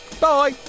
bye